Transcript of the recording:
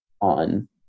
on